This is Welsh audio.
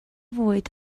fwyd